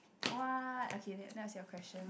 what okay that that was your question